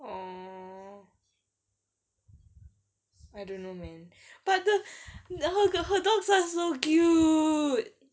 orh I don't know man but the her her dogs are so cute